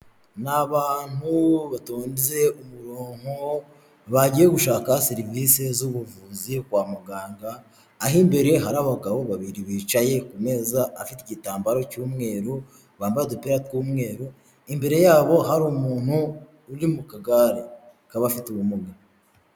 Ni abantu batonze umurongo bagiye gushaka serivisi z'ubuvuzi kwa muganga; aho imbere hari abagabo babiri bicaye ku meza afite igitambaro cy'umweru, bambaye udupira tw'umweru; imbere yabo hari umuntu uri mu kagare k'abafite ubumuga.